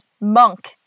Monk